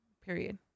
period